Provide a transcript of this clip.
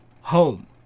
home